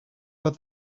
but